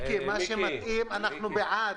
מיקי, מה שמתאים אנחנו בעד.